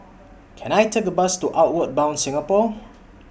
Can I Take A Bus to Outward Bound Singapore